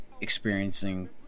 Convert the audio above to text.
experiencing